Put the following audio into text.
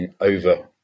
over